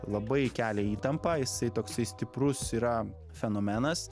labai kelia įtampą jisai toksai stiprus yra fenomenas